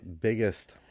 biggest